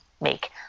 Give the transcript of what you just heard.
make